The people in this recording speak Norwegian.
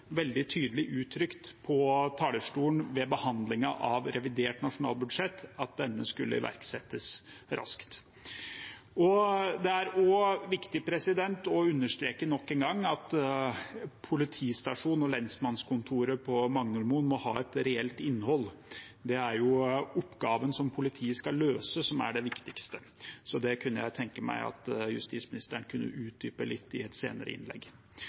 veldig tydelig uttrykt fra talerstolen ved behandlingen av revidert nasjonalbudsjett – at denne skal iverksettes raskt. Det er også viktig å understreke nok en gang at politistasjonen og lensmannskontoret på Magnormoen må ha et reelt innhold. Det er jo oppgaven politiet skal løse, som er det viktigste, så det kunne jeg tenke meg at justisministeren kunne utdype litt i et senere innlegg.